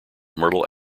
myrtle